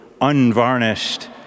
unvarnished